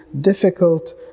difficult